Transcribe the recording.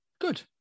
Good